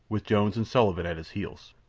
with jones and sullivan at his heels.